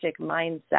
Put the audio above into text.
mindset